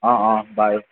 অঁ অঁ বাই